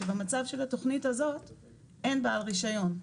כשבמצב של התוכנית הזאת אין בעל רישיון,